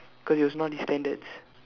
cause it was not his standards